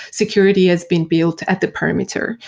security has been built at the perimeter.